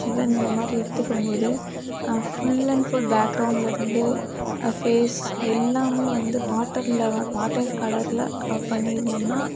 சிவன் இந்தமாதிரி எடுத்துக்கும் போது ஃபுல் அண்ட் ஃபுல் பேக்ரவுண்டிலேருந்து ஃபேஸ் எல்லாம் வந்து வாட்டரில் வாட்டர் கலரில் பண்ணியிருந்தோம்னா